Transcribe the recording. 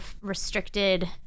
restricted